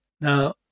Now